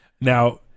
Now